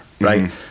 right